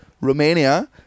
Romania